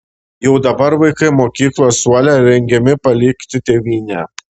jau dabar vaikai mokyklos suole rengiami palikti tėvynę